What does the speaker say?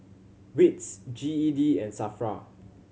wits G E D and SAFRA